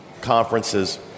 conferences